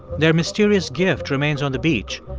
their mysterious gift remains on the beach,